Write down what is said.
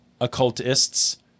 occultists